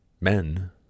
men